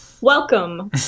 Welcome